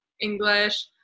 English